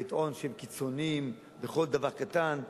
ולטעון שהם קיצוניים בכל דבר קטן,